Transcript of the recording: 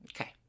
Okay